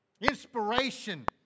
Inspiration